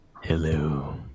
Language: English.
Hello